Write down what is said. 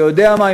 אתה יודע מה?